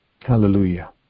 Hallelujah